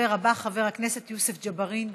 הדובר הבא, חבר הכנסת יוסף ג'בארין.